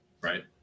Right